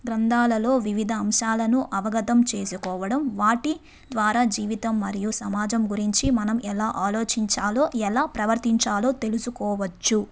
గ్రంథాలలో వివిధ అంశాలను అవగతం చేసుకోవడం వాటి ద్వారా జీవితం మరియు సమాజం గురించి మనం ఎలా ఆలోచించాలో ఎలా ప్రవర్తించాలోో తెలుసుకోవచ్చు